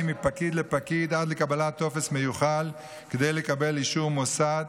מפקיד לפקיד עד לקבלת טופס מיוחד כדי לקבל אישור מוסד.